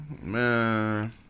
man